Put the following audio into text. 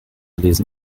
lesen